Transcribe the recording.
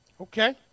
okay